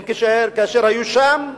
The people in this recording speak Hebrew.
האם כאשר היו שם,